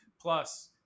plus